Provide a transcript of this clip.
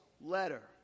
letter